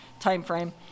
timeframe